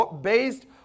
based